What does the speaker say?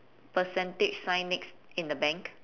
percentage sign next in the bank